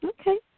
Okay